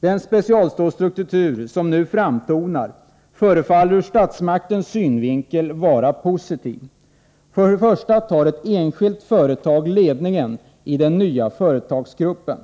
Den nya specialstålsstrukturen som nu framtonar förefaller ur statsmaktens synvinkel vara mycket positiv. För det första tar ett enskilt ägt företag ledningen i den nya företagsgruppen.